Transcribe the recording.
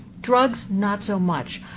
drugs, not so much.